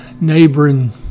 neighboring